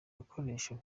gakoresho